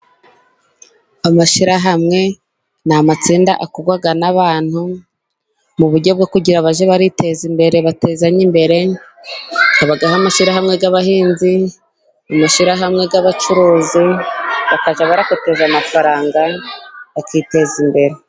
Amashyirahamwe, ni amatsinda, akorwa n’abantu, mu buryo bwo kugira ngo bajye biteza imbere, batezanye imbere. Habaho amashyirahamwe y’abahinzi, amashyirahamwe y’abacuruzi, bakajya bakusanya amafaranga, bakiteza imbere.